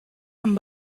and